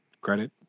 credit